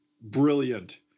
Brilliant